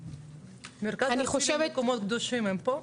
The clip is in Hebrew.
המרכז הארצי למקומות קדושים פה?